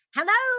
Hello